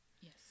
yes